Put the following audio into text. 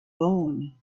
lawn